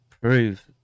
prove